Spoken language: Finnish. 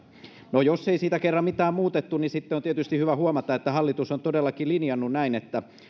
no jos ei siitä kerran mitään muutettu niin sitten on tietysti hyvä huomata että hallitus on todellakin linjannut että